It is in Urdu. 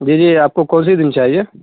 جی جی آپ کو کون سے دن چاہیے